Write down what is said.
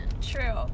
True